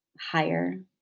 higher